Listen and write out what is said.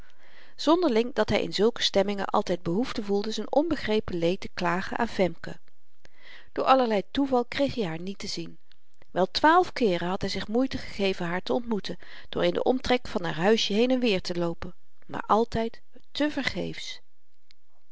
zonderling dat hy in zulke stemmingen altyd behoefte voelde z'n onbegrepen leed te klagen aan femke door allerlei toeval kreeg i haar niet te zien wel twaalf keeren had hy zich moeite gegeven haar te ontmoeten door in den omtrek van haar huisje heen-en-weer te loopen maar altyd te vergeefs